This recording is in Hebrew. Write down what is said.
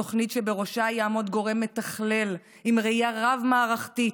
תוכנית שבראשה יעמוד גורם מתכלל עם ראייה רב-מערכתית,